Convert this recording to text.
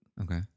Okay